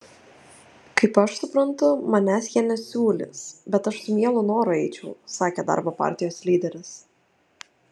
kaip aš suprantu manęs jie nesiūlys bet aš su mielu noru eičiau sakė darbo partijos lyderis